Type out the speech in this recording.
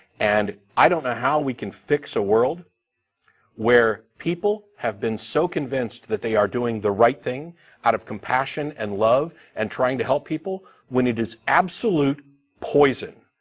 and i don't know how we can fix a world where people have been so convinced that they are doing the right thing out of compassion and love and trying to help people when it is absolute poison.